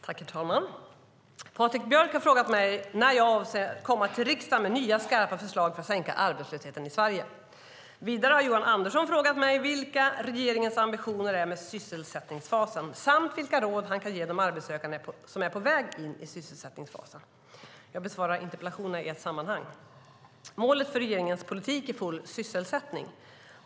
Herr talman! Patrik Björck har frågat mig när jag avser att komma till riksdagen med nya skarpa förslag för att sänka arbetslösheten i Sverige. Vidare har Johan Andersson frågat mig vilka regeringens ambitioner är med sysselsättningsfasen samt vilka råd han kan ge de arbetssökande som är på väg in i sysselsättningsfasen. Jag besvarar interpellationerna i ett sammanhang. Målet för regeringens politik är full sysselsättning.